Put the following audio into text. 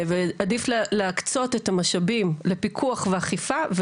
עדיף להקצות את המשאבים לפיקוח ואכיפה,